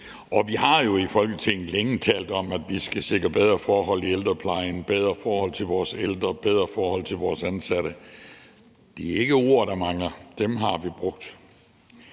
Vi har jo i Folketinget længe talt om, at vi skal sikre bedre forhold i ældreplejen, bedre forhold til vores ældre, bedre forhold til vores ansatte. Det er ikke ord, der mangler; dem har vi brugt.